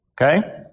Okay